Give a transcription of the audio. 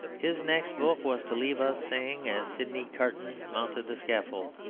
his next book was to leave us saying, as sydney carton mounted the scaffold,